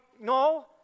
No